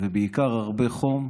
ובעיקר הרבה חום.